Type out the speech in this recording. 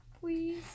Please